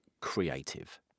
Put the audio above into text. creative